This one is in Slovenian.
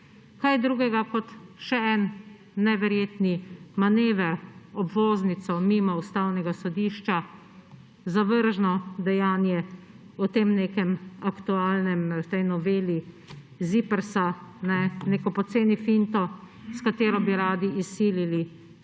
Kaj drugega kot še en neverjeten manever, obvoznico mimo Ustavnega sodišča, zavržno dejanje v tej noveli ZIPRS, neko poceni finto, s katero bi radi izsilili sklep